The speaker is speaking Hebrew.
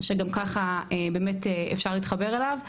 שגם ככה באמת אפשר להתחבר אליו,